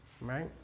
Right